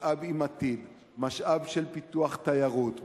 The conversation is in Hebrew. משאב עם עתיד, משאב של פיתוח תיירות,